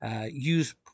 Use